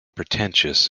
pretentious